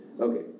Okay